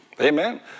Amen